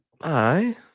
Aye